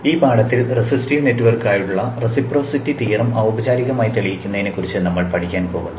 ഈ പാഠത്തിൽ റെസിസ്റ്റീവ് നെറ്റ്വർക്കുകൾക്കായുള്ള റെസിപ്രോസിറ്റി തിയറം ഔപചാരികമായി തെളിയിക്കുന്നതിനെക്കുറിച്ച് നമ്മൾ പഠിക്കാൻ പോകുന്നു